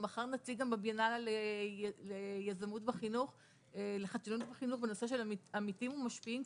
ומחר נציג באירוע ליזמות בחינוך בנושא של עמיתים ומשפיעים.